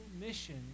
mission